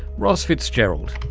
ross fitzgerald.